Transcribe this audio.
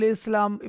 Islam